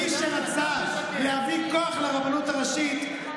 מי שרצה להביא כוח לרבנות הראשית,